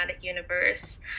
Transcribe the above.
Universe